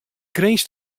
grins